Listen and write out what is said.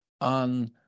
on